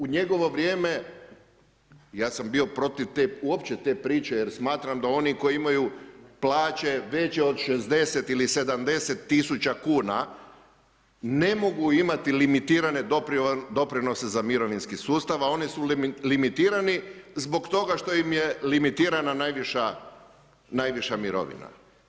U njegovo vrijem, ja sam bio uopće protiv te priče, jer smatram da oni koji imaju plaće veće od 60 ili 70 tisuća kn, ne mogu imati limitirane doprinose za mirovinski sustav, a one su limitirani, zbog toga što im je limitirana najviša mirovina.